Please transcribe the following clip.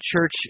Church